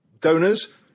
donors